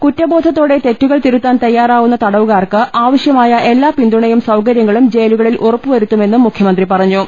കുറ്റബോധത്തോടെ തെറ്റുകൾ തിരുത്താൻ തയ്യാറാവുന്ന തടവുകാർക്ക് ആവശ്യമായ എല്ലാ പിന്തുണയും സൌകര്യങ്ങളും ജയിലുകളിൽ ഉറപ്പുവരുത്തുമെന്നും മുഖ്യമന്ത്രി പറഞ്ഞു